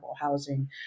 housing